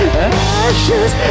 ashes